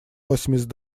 восемьдесят